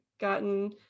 gotten